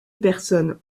personnes